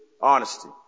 honesty